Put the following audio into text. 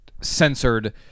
censored